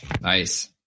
Nice